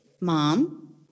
Mom